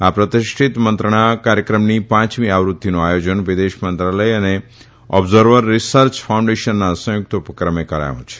આ પ્રતિષ્ઠીત મંત્રણા કાર્યક્રમની પાંચમી આવૃતીનું આયોજન વિદેશ મંત્રાલય અને ઓબઝર્વર રીસર્ચ ફાઉન્ઠેશનના સંયુકત ઉપક્રમે ધરાયું છે